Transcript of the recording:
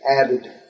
added